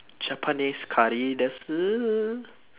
japanese curry desu